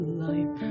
life